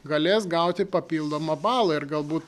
galės gauti papildomą balą ir galbūt